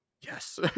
yes